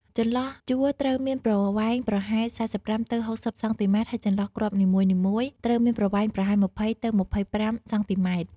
ចន្លោះជួរត្រូវមានប្រវែងប្រហែល ៤៥ ទៅ ៦០ សង់ទីម៉ែត្រ ហើយចន្លោះគ្រាប់នីមួយៗត្រូវមានប្រវែងប្រហែល ២០ ទៅ ២៥ សង់ទីម៉ែត្រ។